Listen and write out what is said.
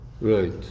Right